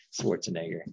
Schwarzenegger